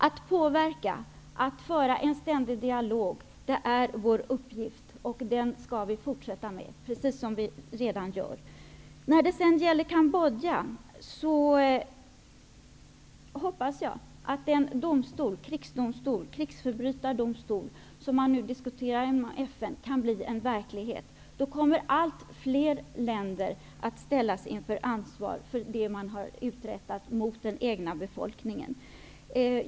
Att påverka, att föra en ständig dialog, är vår uppgift, och den skall vi fortsätta med, precis som vi redan gör. När det sedan gäller Kambodja hoppas jag att den krigsförbrytardomstol som nu diskuteras inom FN kan bli verklighet. Då kommer allt fler länder att ställas till ansvar för vad de har gjort mot den egna befolkningen.